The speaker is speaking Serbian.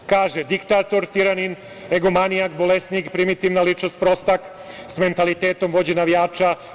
Kaže - diktator, tiranin, egomanijak, bolesnik, primitivna ličnost, prostak sa mentalitetom vođe navijača.